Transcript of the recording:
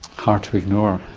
hard to ignore.